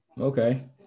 Okay